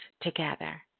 together